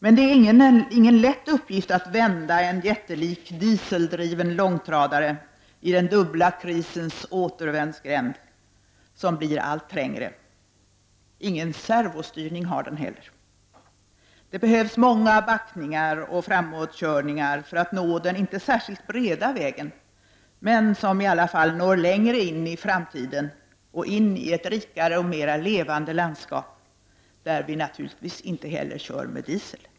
Men det är inte en lätt uppgift att vända en jättelik, dieseldriven långtradare i den dubbla krisens återvändsgränd, som blir allt trängre. Ingen servostyrning har den heller. Det behövs många backningar och framåtkörningar för att nå den inte särskilt breda vägen, men som i alla fall når längre in i framtiden och in i ett rikare och mer levande landskap — där vi naturligtvis inte heller kör med diesel.